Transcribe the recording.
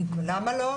למה לא?